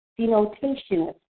denotation